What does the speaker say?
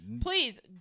Please